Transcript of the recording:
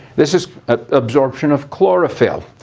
this is absorption of chlorophyll.